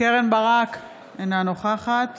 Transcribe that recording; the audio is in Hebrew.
קרן ברק, אינה נוכחת